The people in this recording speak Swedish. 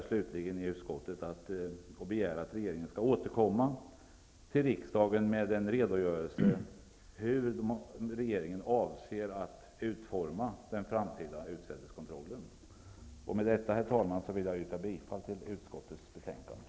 Slutligen begär utskottet att regeringen skall återkomma till riksdagen med en redogörelse för hur regeringen avser att utforma den framtida utsädeskontrollen. Herr talman! Med detta vill jag yrka bifall till hemställan i utskottets betänkande.